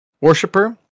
worshiper